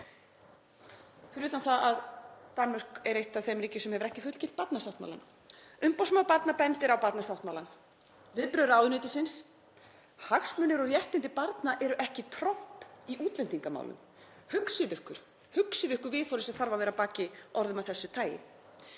fyrir utan það að Danmörk er eitt af þeim ríkjum sem hefur ekki fullgilt barnasáttmálann. Umboðsmaður barna bendir á barnasáttmálann. Viðbrögð ráðuneytisins: Hagsmunir og réttindi barna eru ekki tromp í útlendingamálum. Hugsið ykkur, hugsið ykkur viðhorfið sem þarf að vera að baki orðum af þessu tagi.